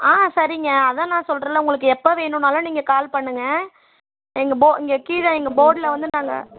ஆ சரிங்க அதான் நான் சொல்கிறேன்ல உங்களுக்கு எப்போ வேணும்னாலும் நீங்கள் கால் பண்ணுங்கள் எங்கள் இங்கே கீழே எங்கள் போர்டில் வந்து நாங்கள்